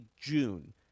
June